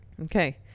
Okay